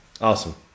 Awesome